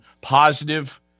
positive